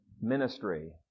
ministry